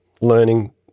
learning